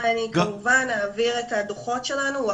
אני כמובן אעביר את הדוחות שלנו.